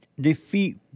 defeat